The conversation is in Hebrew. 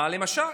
למשל